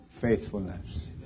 faithfulness